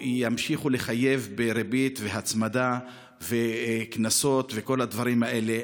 ימשיכו לחייב בריבית והצמדה וקנסות וכל הדברים האלה.